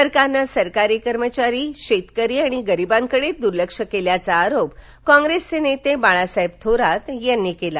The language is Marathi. सरकारनं सरकारी कर्मचारी शेतकरी आणि गरीबांकडे दूर्लक्ष केल्याचा आरोप काँग्रेस नेते बाळासाहेब थोरात यांनी केला